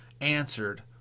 answered